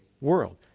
world